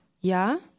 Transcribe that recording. Ja